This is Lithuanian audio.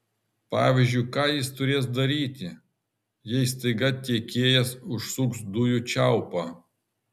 pavyzdžiui ką jis turės daryti jei staiga tiekėjas užsuks dujų čiaupą